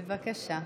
בבקשה.